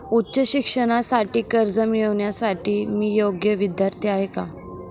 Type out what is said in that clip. उच्च शिक्षणासाठी कर्ज मिळविण्यासाठी मी योग्य विद्यार्थी आहे का?